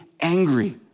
angry